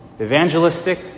evangelistic